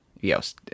Yes